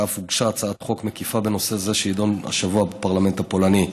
ואף הוגשה הצעת חוק מקיפה בנושא זה ותידון השבוע בפרלמנט הפולני.